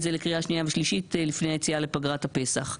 זה לקריאה שנייה ושלישית לפני היציאה לפגרת הפסח.